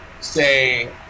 say